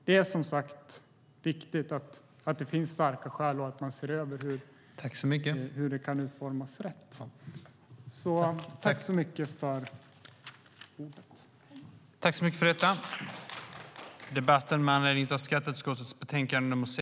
Det är därför viktigt och finns starka skäl se över hur det kan utformas rätt. Överläggningen var härmed avslutad.(Beslut skulle fattas den 12 mars.